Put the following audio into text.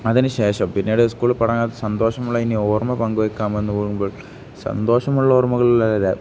അതിന് ശേഷം പിന്നീട് സ്കൂൾ പഠന സന്തോഷമുള്ള ഇനി ഓർമ്മ പങ്ക് വെക്കാമെന്ന് പറയുമ്പോൾ സന്തോഷമുള്ള ഓർമ്മകളിലല്ല